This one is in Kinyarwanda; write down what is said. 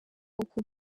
uko